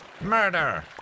Murder